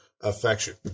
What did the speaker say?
affection